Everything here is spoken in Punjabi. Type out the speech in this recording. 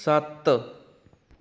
ਸੱਤ